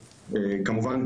כמובן,